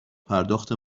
پرداخت